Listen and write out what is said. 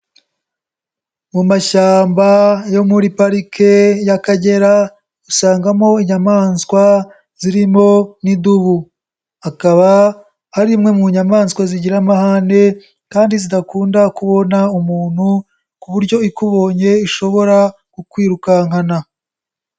Mu mashyamba yo muri parike y'Akagera usangamo inyamaswa zirimo n'idubu, akaba ari imwe mu nyamaswa zigira amahane kandi zidakunda kubona umuntu ku buryo ikubonye ishobora kukwirukankana.